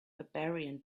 barbarian